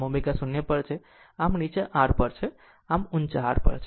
આમ આ ω0 પર છે આમ આ નીચા R પર છે અને આ ઊંચા R પર છે